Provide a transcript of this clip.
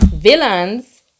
Villains